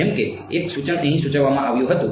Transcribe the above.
જેમ કે એક સૂચન અહીં સૂચવવામાં આવ્યું હતું